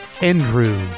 Andrew